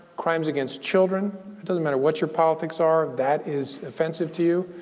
crimes against children. it doesn't matter what your politics are, that is offensive to you